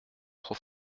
trop